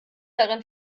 darin